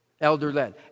Elder-led